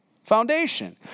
foundation